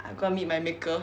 I'm gonna meet my maker